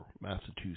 Massachusetts